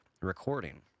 recording